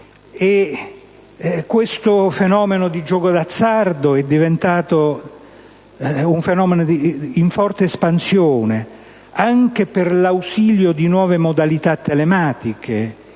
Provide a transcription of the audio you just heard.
fa ed il fenomeno del gioco d'azzardo è diventato un fenomeno in forte espansione, anche per l'ausilio di nuove modalità telematiche